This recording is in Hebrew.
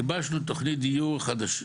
גיבשנו תוכנית דיור חדשות,